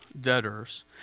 debtors